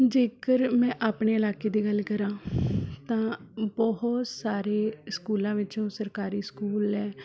ਜੇਕਰ ਮੈਂ ਆਪਣੇ ਇਲਾਕੇ ਦੀ ਗੱਲ ਕਰਾਂ ਤਾਂ ਬਹੁਤ ਸਾਰੇ ਸਕੂਲਾਂ ਵਿੱਚੋਂ ਸਰਕਾਰੀ ਸਕੂਲ ਹੈ